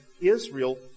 Israel